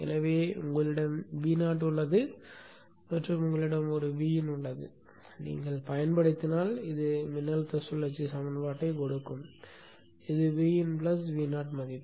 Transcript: எனவே உங்களிடம் Vo உள்ளது மற்றும் உங்களிடம் ஒரு வின் உள்ளது நீங்கள் பயன்படுத்தினால் இது மின்னழுத்த சுழற்சி சமன்பாட்டைக் கொடுக்கும் இது Vin Vo மதிப்பு